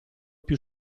più